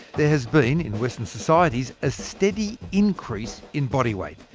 there has been in western societies a steady increase in body weight.